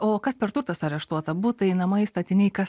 o kas per turtas areštuota butai namai statiniai kas